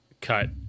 cut